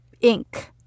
ink